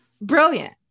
Brilliant